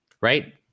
right